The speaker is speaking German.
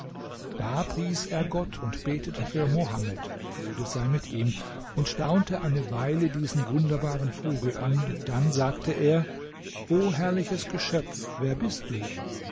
pries er gott und betete für mohammed friede sei mit ihm und staunte eine weile diesen wunderbaren vogel an und dann sagte er o herrliches geschöpf wer bist du